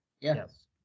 Yes